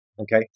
okay